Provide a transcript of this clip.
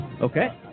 Okay